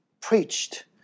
preached